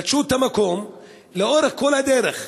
ונטשו את המקום לאורך כל הדרך.